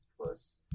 plus